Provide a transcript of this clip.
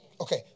Okay